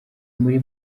muri